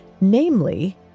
Namely